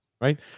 right